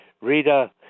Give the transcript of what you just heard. Rita